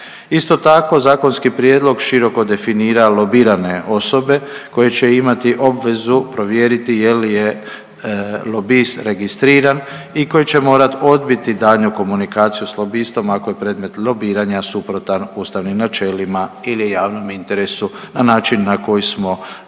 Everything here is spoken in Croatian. Isto tako zakonski prijedlog široko definira lobirane osobe koje će imati obvezu provjeriti je li je lobist registriran i koji će morat odbiti daljnju komunikaciju s lobistom, ako je predmet lobiranja suprotan ustavnim načelima ili javnom interesu na način na koji smo ranije